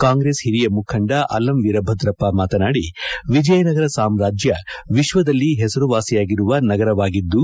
ಕಾಂಗ್ರೆಸ್ ಹಿರಿಯ ಮುಖಂದ ಅಲ್ಲಂ ವೀರಭದ್ರಪ್ಪ ಮಾತನಾಡಿ ವಿಜಯನಗರ ಸಾಮ್ರಾಜ್ಯ ವಿಶ್ವದಲ್ಲಿ ಹೆಸರುವಾಸಿಯಾಗಿರುವ ನಗರವಾಗಿದ್ದು